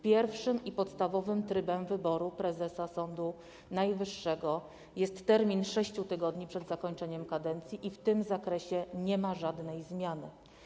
Pierwszym i podstawowym trybem wyboru prezesa Sądu Najwyższego jest termin 6 tygodni przed zakończeniem kadencji i w tym zakresie nie ma żadnej zmiany.